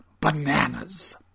bananas